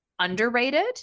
Underrated